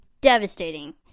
devastating